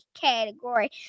category